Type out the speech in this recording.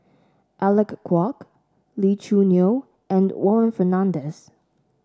Alec Kuok Lee Choo Neo and Warren Fernandez